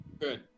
Good